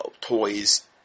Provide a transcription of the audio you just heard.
toys